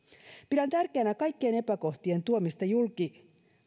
pidän tärkeänä kaikkien epäkohtien tuomista julki